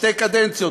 שתי קדנציות,